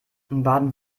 baden